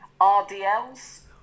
RDLs